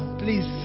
please